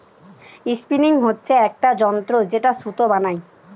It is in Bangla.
স্পিনিং হচ্ছে একটা যন্ত্র যেটায় সুতো বানাই